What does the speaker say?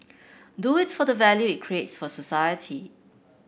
do it for the value it creates for society